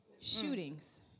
Shootings